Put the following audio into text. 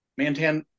Mantan